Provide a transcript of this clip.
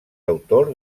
autor